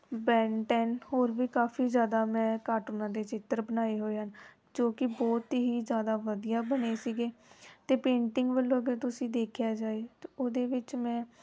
ban ten ਹੋਰ ਵੀ ਕਾਫੀ ਜ਼ਿਆਦਾ ਮੈਂ ਕਾਰਟੂਨਾਂ ਦੇ ਚਿੱਤਰ ਬਣਾਏ ਹੋਏ ਹਨ ਜੋ ਕਿ ਬਹੁਤ ਹੀ ਜ਼ਿਆਦਾ ਵਧੀਆ ਬਣੇ ਸੀਗੇ ਅਤੇ ਪੇਂਟਿੰਗ ਵੱਲੋਂ ਅਗਰ ਤੁਸੀਂ ਦੇਖਿਆ ਜਾਏ ਤਾਂ ਉਹਦੇ ਵਿੱਚ ਮੈਂ